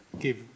give